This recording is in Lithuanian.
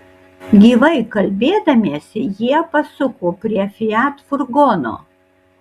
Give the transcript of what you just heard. gyvai kalbėdamiesi jie pasuko prie fiat furgono